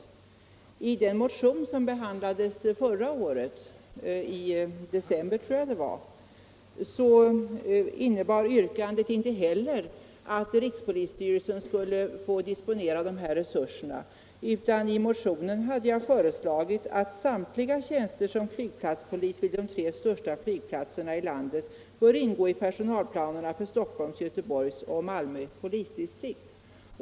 Yrkandet i den motion som behandlades förra året — i december tror jag det var — innebar inte heller att rikspolisstyrelsen skulle få disponera de här resurserna, utan jag hade föreslagit att samtliga tjänster som flygplatspolis vid de tre största flygplatserna i landet skulle ingå i personalplanerna för Stockholms, Göteborgs och Malmö polisdistrikt.